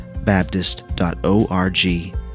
Baptist.org